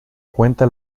cuenta